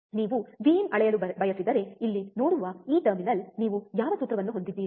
ನೀವು V in ಅಳೆಯಲು ಬಯಸಿದರೆ ಇಲ್ಲಿ ನೋಡುವ ಈ ಟರ್ಮಿನಲ್ ನೀವು ಯಾವ ಸೂತ್ರವನ್ನು ಹೊಂದಿದ್ದೀರಿ